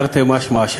תרתי משמע,